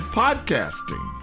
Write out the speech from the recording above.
podcasting